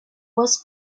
was